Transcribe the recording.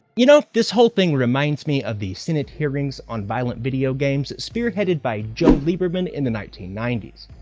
you know, this whole thing reminds me of the senate hearings on violent video games spearheaded by joe lieberman in the nineteen ninety s.